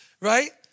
right